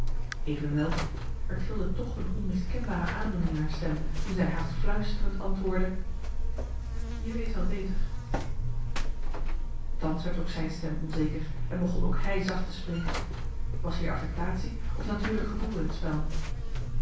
evenwel er trilde toch een onmiskenbare aandoening in haar stem toen zij haast fluisterend antwoordde jet weet wel beter thans werd ook zijn stem onzeker en begon ook hij zacht te spreken was hier affectatie of natuurlijk gevoel in het spel